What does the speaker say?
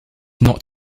not